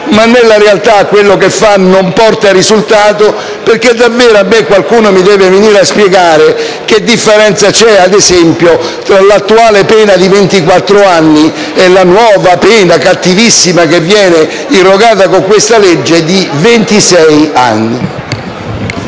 ma nella realtà quello che fa non porta risultato, perché qualcuno mi deve spiegare che differenza c'è, ad esempio, tra l'attuale pena di 24 anni e la nuova, severissima pena che viene irrogata con questa legge, di 26 anni.